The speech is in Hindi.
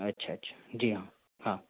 अच्छा अच्छा जी हाँ हाँ